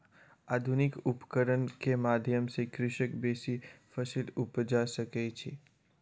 आधुनिक उपकरण के माध्यम सॅ कृषक बेसी फसील उपजा सकै छै